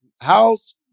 House